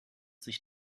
sich